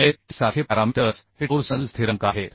It सारखे parameters हे torsional स्थिरांक आहेत